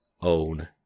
own